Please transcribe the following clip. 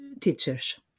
teachers